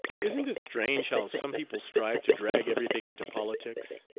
isn't it strange how some people strive to drag everything into politics!